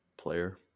Player